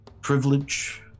privilege